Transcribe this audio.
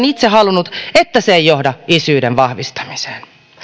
itse halunnut että se ei johda isyyden vahvistamiseen